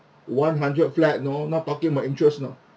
one hundred flat know not talking about interest you know